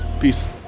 Peace